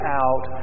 out